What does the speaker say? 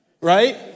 Right